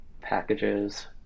packages